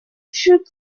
should